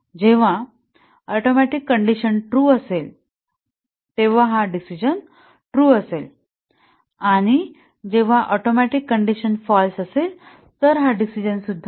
जेव्हा atomic condition true असेल तेव्हा हा डिसिजणं ट्रू असेल आणि जेव्हा ऍटोमिक कंडिशन फाँल्स असेल तर ते फाँल्स होईल